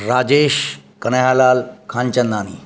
Rajesh Kanhaiyalal Khanchandani